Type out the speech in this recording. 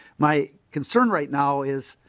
my concern right now is